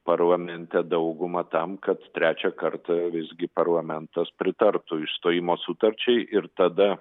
parlamente dauguma tam kad trečią kartą visgi parlamentas pritartų išstojimo sutarčiai ir tada